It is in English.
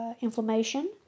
inflammation